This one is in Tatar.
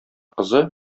кызы